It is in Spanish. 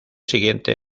siguiente